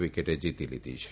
વિકેટે જીતી લીધી છે